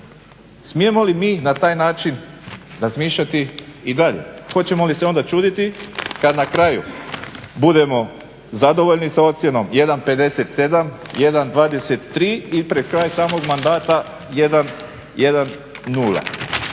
Smijemo li mi na taj način razmišljati i dalje? Hoćemo li se onda čuditi kad na kraju budemo zadovoljni sa ocjenom 1,57, 1,23 i pred kraj samog mandata 1,0.